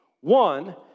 One